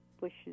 bushes